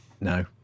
No